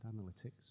analytics